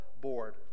board